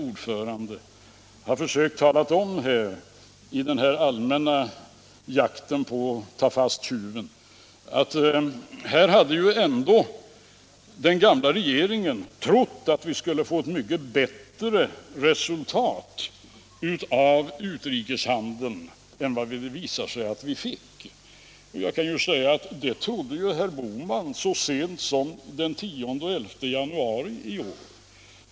männa jakten för att ”ta fast tjuven” försökt tala om, att den gamla regeringen hade väntat sig ett mycket bättre resultat av utrikeshandeln än vad som sedan visade sig. Då vill jag säga att det trodde också herr Bohman så sent som den 10 och 11 januari i år.